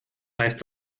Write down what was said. heißt